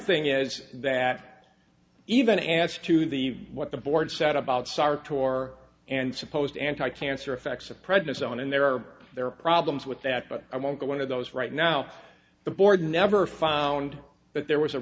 thing is that even as to the what the board said about sar tor and supposed anti cancer effects of prednisone and there are there are problems with that but i won't get one of those right now the board never found that there was a